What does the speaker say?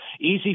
easy